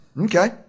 Okay